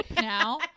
now